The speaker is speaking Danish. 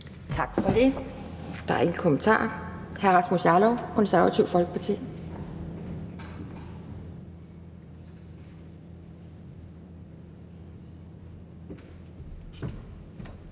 Tak for det. Der er ingen kommentarer, og så er det hr. Rasmus Jarlov, Det Konservative Folkeparti.